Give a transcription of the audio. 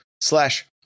slash